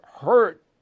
hurt